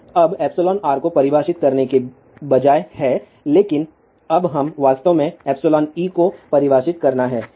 तो अब εr को परिभाषित करने के बजाय है लेकिन अब हम वास्तव में εe को परिभाषित करना है